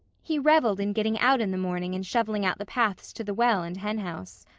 he reveled in getting out in the morning and shoveling out the paths to the well and henhouse.